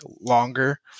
longer